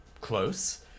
close